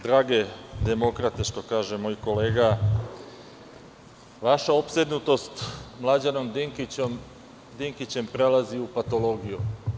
Drage demokrate, što kaže moj kolega, vaša opsednutost Mlađanom Dinkićem prelazi u patologiju.